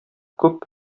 күп